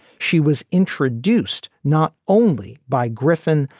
she was introduced not only by griffin,